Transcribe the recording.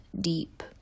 deep